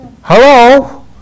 Hello